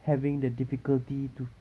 having the difficulty to